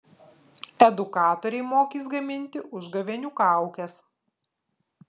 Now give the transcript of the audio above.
edukatoriai mokys gaminti užgavėnių kaukes